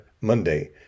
monday